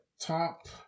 top